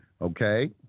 Okay